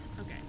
Okay